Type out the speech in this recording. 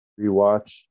rewatch